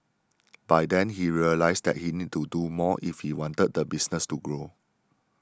by then he realised that he need to do more if he wanted the business to grow